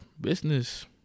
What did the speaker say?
business